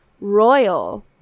Royal